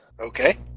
Okay